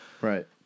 Right